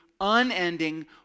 unending